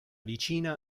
vicina